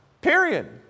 period